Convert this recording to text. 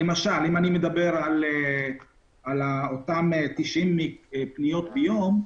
למשל לגבי אותם 90 פניות ביום,